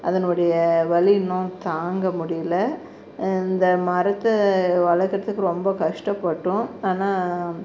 அதனுடைய வலி இன்னும் தாங்க முடியல இந்த மரத்தை வளர்க்குறதுக்கு ரொம்ப கஷ்டப்பட்டோம் ஆனால்